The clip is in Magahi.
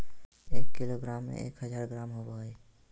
एक किलोग्राम में एक हजार ग्राम होबो हइ